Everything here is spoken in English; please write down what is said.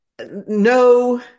no